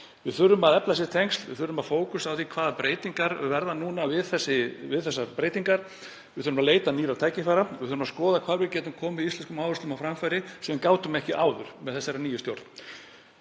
Við þurfum að efla þessi tengsl. Við þurfum að horfa á hvaða breytingar verða nú við þessar breytingar. Við þurfum að leita nýrra tækifæra. Við þurfum að skoða hvar við getum komið íslenskum áherslum á framfæri, sem við gátum ekki áður, með þessari nýju stjórn.